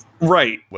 Right